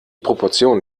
proportionen